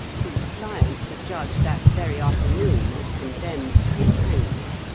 whose client the judge that very afternoon had condemned to be hanged.